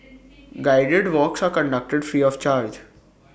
guided walks are conducted free of charge